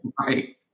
Right